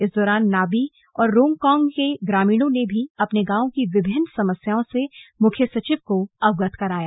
इस दौरान नाबी और रोंगकांग के ग्रामीणों ने भी अपनी गांव की विभिन्न समस्याओं से मुख्य सचिव को अवगत कराया